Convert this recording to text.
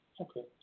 Okay